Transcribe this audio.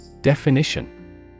Definition